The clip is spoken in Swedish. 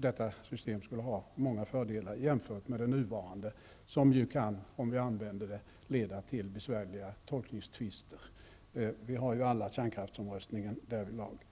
Detta system skulle ha många fördelar jämfört med det nuvarande, som ju, om vi använder det, kan leda till besvärliga tolkningstvister. Vi har ju alla därvidlag kärnkraftsomröstningen